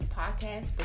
Podcast